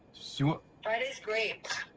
so friday's great.